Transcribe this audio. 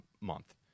Month